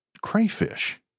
crayfish